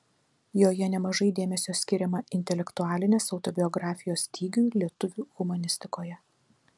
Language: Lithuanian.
joje nemažai dėmesio skiriama intelektualinės autobiografijos stygiui lietuvių humanistikoje